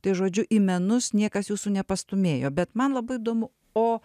tai žodžiu į menus niekas jūsų nepastūmėjo bet man labai įdomu o